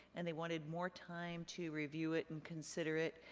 and they wanted more time to review it, and consider it,